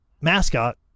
mascot